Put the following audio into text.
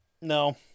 No